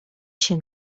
się